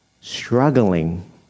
struggling